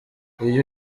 iyo